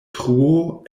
truo